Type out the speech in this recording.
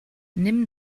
nimm